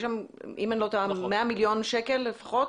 יש שם אם אני לא טועה 100 מיליון שקל לפחות,